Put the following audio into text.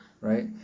right